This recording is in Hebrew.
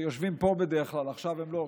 שיושבים פה בדרך כלל אבל עכשיו הם לא פה,